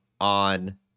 on